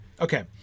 okay